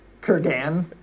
Kurgan